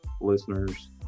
listeners